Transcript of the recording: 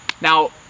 Now